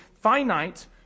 finite